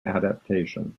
adaptation